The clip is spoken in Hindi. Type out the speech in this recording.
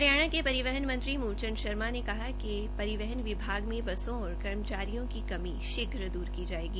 हरियाणा के परिवहन मंत्री मूलचंद शर्मा ने कहा है कि परिवहन विभाग में बसों और कर्मचारियों की कमी शीघ्र द्र की जायेगी